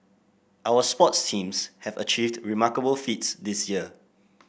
our sports teams have achieved remarkable feats this year